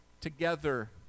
together